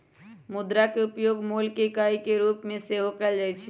मुद्रा के उपयोग मोल के इकाई के रूप में सेहो कएल जाइ छै